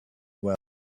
well